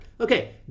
Okay